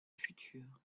futur